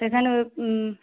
पैसा लेबै